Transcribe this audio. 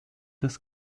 des